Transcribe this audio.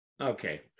okay